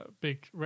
big